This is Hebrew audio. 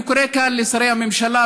אני קורא כאן לשרי הממשלה,